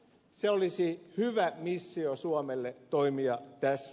se olisi hyvä missio suomelle toimia tässä